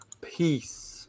Peace